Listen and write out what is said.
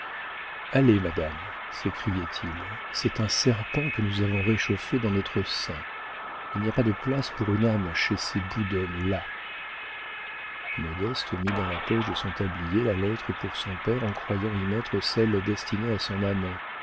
allez madame s'écriait-il c'est un serpent que nous avons réchauffé dans notre sein il n'y a pas de place pour une âme chez ces bouts dhommes là modeste mit dans la poche de son tablier la lettre pour son père en croyant y mettre celle destinée à son amant